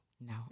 No